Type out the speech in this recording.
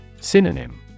Synonym